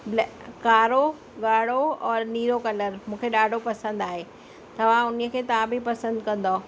ब्लै कारो ॻाढ़ो और नीरो कलर मूंखे ॾाढो पसंदि आहे तव्हां उन ई खे तव्हां बि पसंदि कंदौ